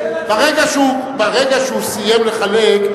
ברגע שהוא סיים לחלק,